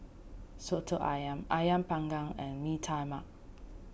Soto Ayam Ayam Panggang and Mee Tai Mak